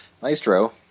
Maestro